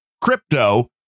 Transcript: crypto